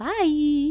Bye